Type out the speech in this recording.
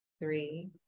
three